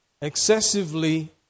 excessively